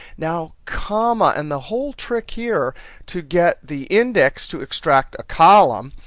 now comma, and the whole trick here to get the index to extract a column,